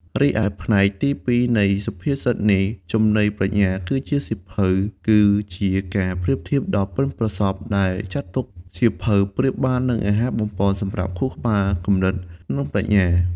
រីឯផ្នែកទីពីរនៃសុភាសិតនេះ ចំណីប្រាជ្ញាគឺជាសៀវភៅ គឺជាការប្រៀបធៀបដ៏ប៉ិនប្រសប់ដែលចាត់ទុក សៀវភៅប្រៀបបាននឹងអាហារបំប៉នសម្រាប់ខួរក្បាល គំនិត និងប្រាជ្ញា។